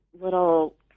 little